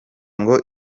ngo